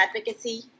advocacy